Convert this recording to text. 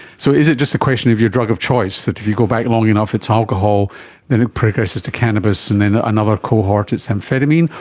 so is it just a question of your drug of choice, that if you go back long enough it's alcohol and then it progresses to cannabis and then ah another cohort it's amphetamines,